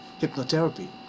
hypnotherapy